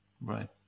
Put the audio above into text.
Right